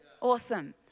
awesome